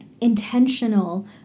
intentional